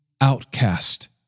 outcast